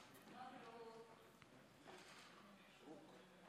במשפחה (פיקוח טכנולוגי להבטחת קיומו של צו